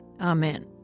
Amen